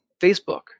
Facebook